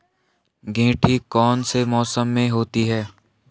गेंठी कौन से मौसम में होती है?